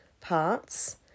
parts